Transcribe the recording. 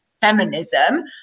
feminism